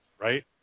Right